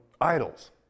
idols